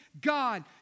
God